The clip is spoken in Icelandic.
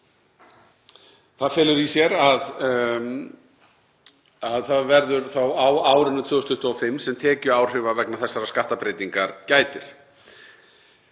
Það felur í sér að það verður þá á árinu 2025 sem tekjuáhrif vegna þessarar skattbreytingar gætir.